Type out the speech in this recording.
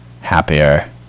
Happier